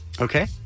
Okay